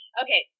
okay